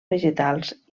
vegetals